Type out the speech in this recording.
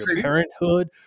parenthood